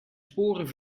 sporen